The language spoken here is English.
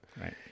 Right